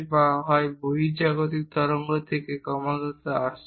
বা বহির্জাগতিক তরঙ্গ থেকে ক্রমাগত আসছে